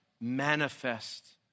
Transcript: manifest